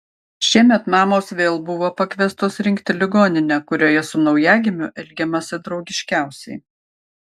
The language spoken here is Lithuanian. šiemet mamos vėl buvo pakviestos rinkti ligoninę kurioje su naujagimiu elgiamasi draugiškiausiai